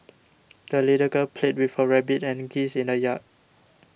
the little girl played with her rabbit and geese in the yard